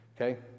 okay